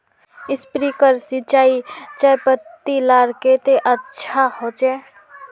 Sprinkler सिंचाई चयपत्ति लार केते अच्छा होचए?